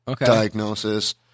diagnosis